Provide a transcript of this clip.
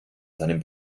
seinem